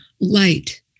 light